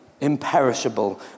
imperishable